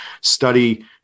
study